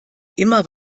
immer